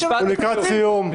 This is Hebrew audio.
הוא לקראת סיום.